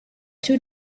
two